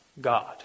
God